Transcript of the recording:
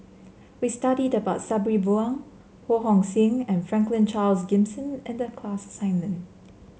we studied about Sabri Buang Ho Hong Sing and Franklin Charles Gimson in the class assignment